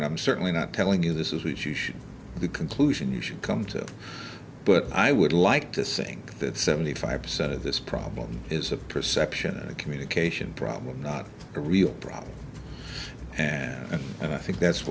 and i'm certainly not telling you this is what you should the conclusion you should come to but i would like to sing that seventy five percent of this problem is a perception and a communication problem not a real problem and i think that's